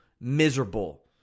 miserable